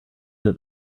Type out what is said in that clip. that